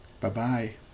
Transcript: Bye-bye